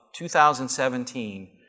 2017